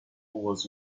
was